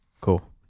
cool